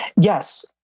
Yes